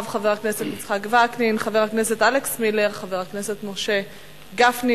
חברי חברי הכנסת, אנחנו עוברים לנושא הבא על